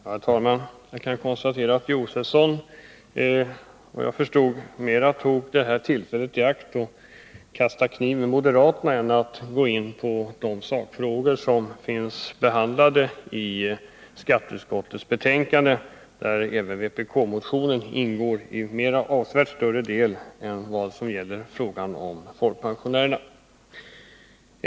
Herr talman! Jag kan konstatera att Stig Josefson mera tog det här tillfället i akt att kasta kniv mot moderaterna än han gick in på de sakfrågor som behandlats i skatteutskottets betänkande, i vilket vpk-motionen ägnats en avsevärt större del än frågan om folkpensionärerna.